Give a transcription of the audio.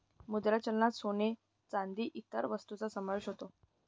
मुद्रा चलनात सोने, चांदी आणि इतर वस्तूंचा समावेश होतो